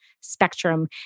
spectrum